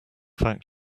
fact